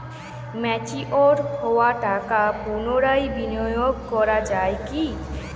Mature হওয়া টাকা পুনরায় বিনিয়োগ করা য়ায় কি?